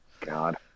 God